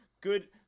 Good